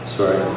Sorry